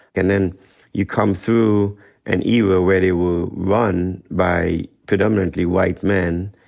and then you come through an era where they were run by predominantly white men,